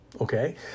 okay